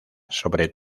sobre